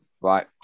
Right